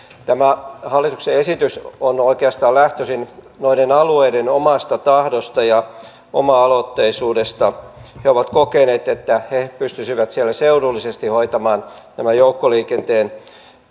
tämä hallituksen esitys on oikeastaan lähtöisin noiden alueiden omasta tahdosta ja oma aloitteisuudesta he ovat kokeneet että he pystyisivät siellä seudullisesti hoitamaan tämän joukkoliikenteen